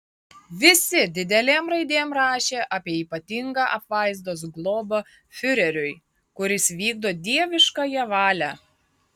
visi didelėm raidėm rašė apie ypatingą apvaizdos globą fiureriui kuris vykdo dieviškąją valią